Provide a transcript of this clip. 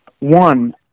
One